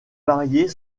varier